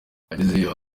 agezeyo